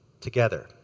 together